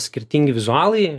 skirtingi vizualai